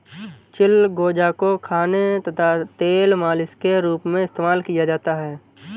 चिलगोजा को खाने तथा तेल मालिश के रूप में इस्तेमाल किया जाता है